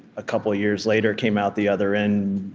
a couple years later, came out the other end,